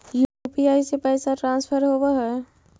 UPI से पैसा transfer होवहै?